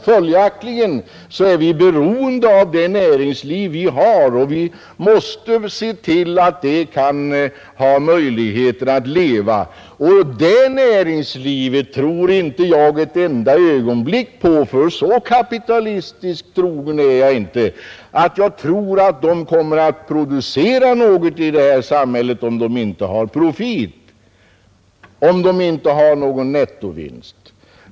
Följaktligen är vi beroende av det näringsliv vi har. Vi måste se till att det har möjligheter att leva. Jag tror inte ett enda ögonblick — ty så kapitalistiskt trogen är jag inte — att detta näringsliv kommer att producera något i detta samhälle, om det inte har profit eller någon nettovinst.